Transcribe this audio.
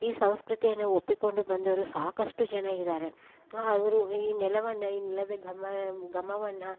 ಈ ಸಂಸ್ಕೃತಿಯನ್ನು ಒಪ್ಪಿಕೊಂಡು ಬಂದವರು ಸಾಕಷ್ಟು ಜನ ಇದ್ದಾರೆ ಅವರು ಈ ನೆಲವನ್ನು ಇಲ್ಲದ ಗಮಾ ಘಮವನ್ನು